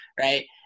Right